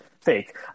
fake